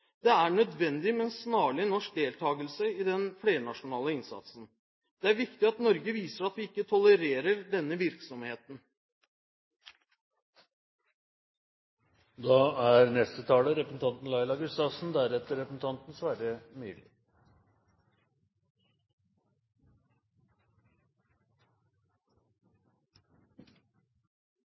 Det er nødvendig med en snarlig norsk deltakelse i den flernasjonale innsatsen. Det er viktig at Norge viser at vi ikke tolererer denne virksomheten. Det er